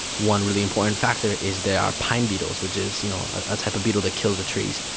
one really important factor is there are pine beetles, which is you know a type of beetles that kills the trees,